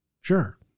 sure